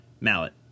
Mallet